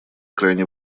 крайне